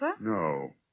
No